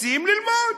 רוצים ללמוד.